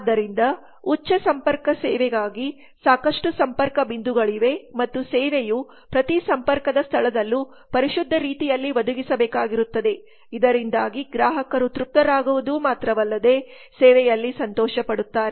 ಆದ್ದರಿಂದ ಉಚ್ಚ ಸಂಪರ್ಕ ಸೇವೆಗಾಗಿ ಸಾಕಷ್ಟು ಸಂಪರ್ಕ ಬಿಂದುಗಳಿವೆ ಮತ್ತು ಸೇವೆಯು ಪ್ರತಿ ಸಂಪರ್ಕದ ಸ್ಥಳದಲ್ಲೂ ಪರಿಶುದ್ಧ ರೀತಿಯಲ್ಲಿ ಒದಗಿಸಬೇಕಾಗಿರುತ್ತದೆ ಇದರಿಂದಾಗಿ ಗ್ರಾಹಕರು ತೃಪ್ತರಾಗುವುದು ಮಾತ್ರವಲ್ಲದೆ ಸೇವೆಯಲ್ಲಿ ಸಂತೋಷಪಡುತ್ತಾರೆ